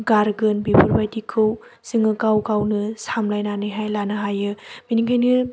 गारगोन बेफोरबायदिखौ जोङो गावगावनो सामलायनानैहाय लानो हायो बेनिखायनो